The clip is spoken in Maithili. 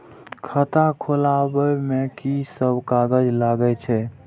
खाता खोलाअब में की सब कागज लगे छै?